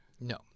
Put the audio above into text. No